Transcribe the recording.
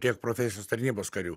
kiek profesinės tarnybos karių